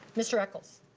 mr. eckles.